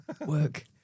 work